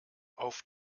auf